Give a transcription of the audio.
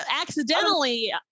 accidentally